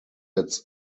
its